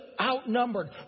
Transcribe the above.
outnumbered